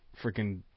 freaking